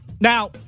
Now